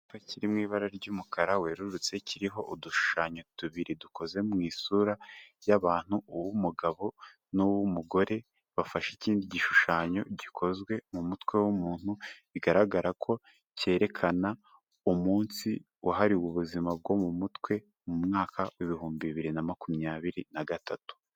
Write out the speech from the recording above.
Icyapa kiri mu ibara ry'umukara werurutse kiriho udushushanyo tubiri dukoze mu isura y'abantu, uw'umugabo n'uw'umugore, bafashe ikindi gishushanyo gikozwe mu mutwe w'umuntu, bigaragara ko cyerekana umunsi wahariwe ubuzima bwo mu mutwe, mu mwaka w'ibihumbi bibiri na makumyabiri na gatatu.